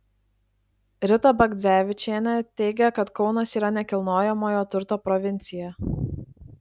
rita bagdzevičienė teigia kad kaunas yra nekilnojamojo turto provincija